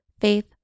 faith